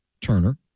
Turner